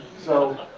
so,